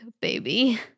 baby